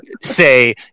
say